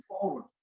forward